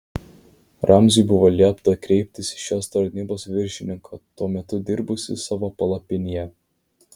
ramziui buvo liepta kreiptis į šios tarnybos viršininką tuo metu dirbusį savo palapinėje